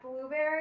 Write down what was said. blueberry